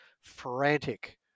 frantic